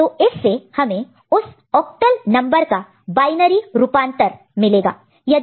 तो इससे हमें उस ऑक्टल नंबर का बायनरी रूपांतर बायनरी इक्विवेलेंट binary equivalent मिला